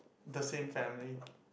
the same family